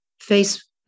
face